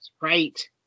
right